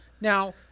Now